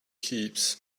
keeps